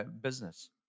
business